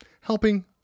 helping